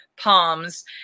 palms